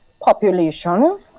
population